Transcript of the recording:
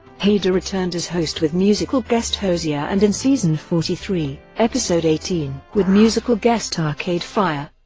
hader returned as host with musical guest hozier and in season forty three, episode eighteen with musical guest arcade fire.